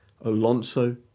Alonso